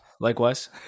Likewise